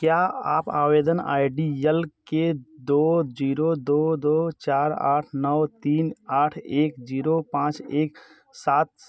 क्या आप आवेदन आई डी एल के दो जीरो दो दो चार आठ नौ तीन आठ एक जीरो पाँच एक सात